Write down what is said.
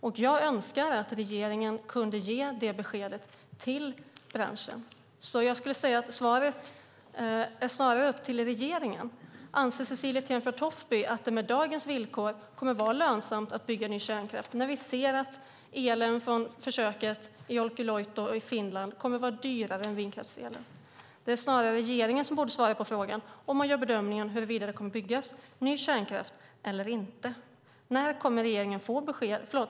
Jag skulle önska att regeringen kunde ge branschen det beskedet. Jag skulle säga att det snarare är upp till regeringen att svara. Anser Cecilie Tenfjord-Toftby att det med dagens villkor kommer att vara lönsamt att bygga ny kärnkraft? Vi ser ju nu att elen från försöket i Olkiluoto i Finland kommer att vara dyrare än vindkraftselen. Det är alltså snarare regeringen som borde svara på frågan om man bedömer att ny kärnkraft kommer att byggas eller inte.